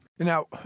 Now